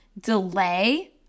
delay